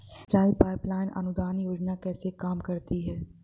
सिंचाई pipeline अनुदान योजना कैसे काम करती है?